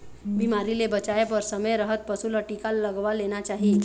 बिमारी ले बचाए बर समे रहत पशु ल टीका लगवा लेना चाही